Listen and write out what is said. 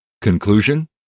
Conclusion